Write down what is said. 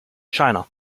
china